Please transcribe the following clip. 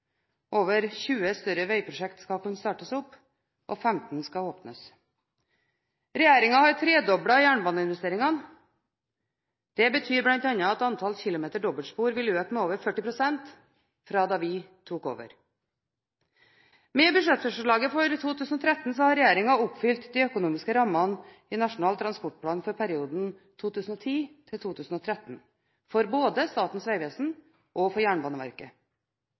Over 20 større veiprosjekter skal startes opp, og 15 skal åpnes. Regjeringen har tredoblet jernbaneinvesteringene. Det betyr bl.a. at antall kilometer dobbeltspor vil øke med over 40 pst. fra da vi tok over. Med budsjettforslaget for 2013 har regjeringen oppfylt de økonomiske rammene i Nasjonal transportplan for perioden 2010–2013 – for både Statens vegvesen og Jernbaneverket.